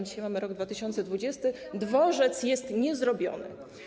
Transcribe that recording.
Dzisiaj mamy rok 2020, a dworzec jest niezrobiony.